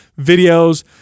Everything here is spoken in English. videos